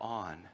on